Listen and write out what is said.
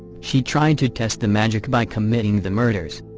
she tried to test the magic by committing the murders.